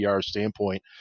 standpoint